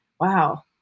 wow